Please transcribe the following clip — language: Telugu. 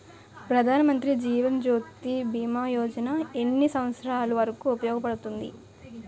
ప్రధాన్ మంత్రి జీవన్ జ్యోతి భీమా యోజన ఎన్ని సంవత్సారాలు వరకు ఉపయోగపడుతుంది?